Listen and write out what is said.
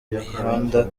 mihanda